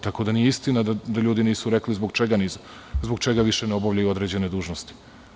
Tako da, nije istina da ljudi nisu rekli zbog čega više ne obavljaju određene dužnosti.